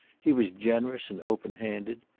he was generous and open-handed.